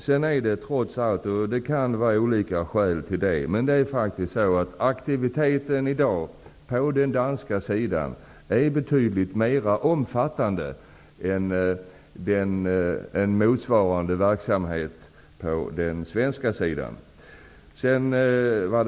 Aktiviteten är i dag faktiskt betydligt mer omfattande på den danska sidan än på den svenska sidan. Det kan finnas olika skäl till det.